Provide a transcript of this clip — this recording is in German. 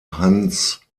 hanns